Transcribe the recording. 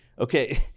Okay